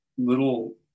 Little